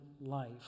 life